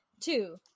two